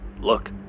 Look